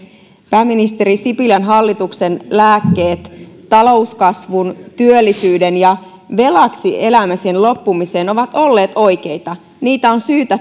pääministeri sipilän hallituksen lääkkeet talouskasvun ja työllisyyden edistämiseen ja velaksi elämisen loppumiseen ovat olleet oikeita niitä on